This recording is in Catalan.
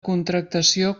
contractació